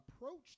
approached